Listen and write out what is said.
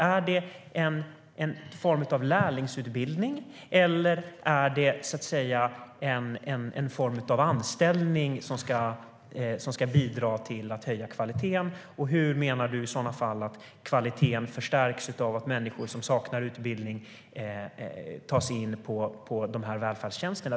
Är de en form av lärlingsutbildning eller är det en form av anställning som ska bidra till att höja kvaliteten? Och hur menar du i så fall att kvaliteten förstärks av att människor som saknar utbildning tas in på dessa välfärdstjänster?